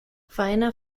faena